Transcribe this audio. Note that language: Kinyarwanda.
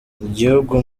igihugu